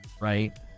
right